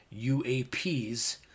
UAPs